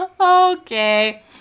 Okay